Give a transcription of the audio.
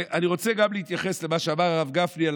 אני רוצה גם להתייחס למה שאמר הרב גפני על